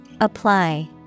Apply